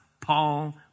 Paul